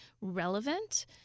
relevant